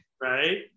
Right